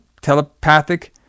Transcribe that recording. telepathic